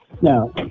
Now